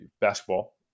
basketball